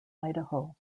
idaho